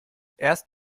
erst